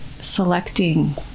selecting